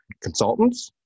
consultants